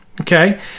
okay